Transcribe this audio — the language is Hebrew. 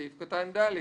בסעיף קטן (ד),